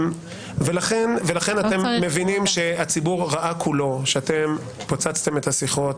אתם מבינים שהציבור ראה כולו שאתם פוצצתם את השיחות.